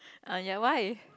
err ya why